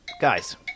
Guys